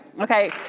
okay